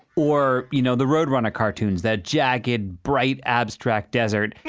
or you know, the roadrunner cartoons that jagged, bright, abstract desert.